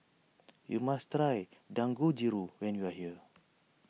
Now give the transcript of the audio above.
you must try Dangojiru when you are here